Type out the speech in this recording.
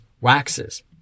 waxes